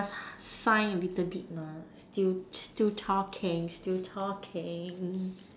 must sign a little bit still talking still talking